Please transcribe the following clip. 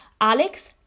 Alex